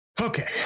okay